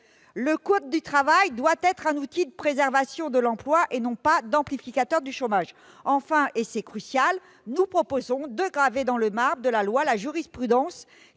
Le code du travail doit être un outil de préservation de l'emploi et non d'amplification du chômage. Enfin, et c'est crucial, nous proposons de graver dans le marbre de la loi la jurisprudence